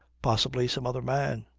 possibly some other man.